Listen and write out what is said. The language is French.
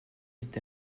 est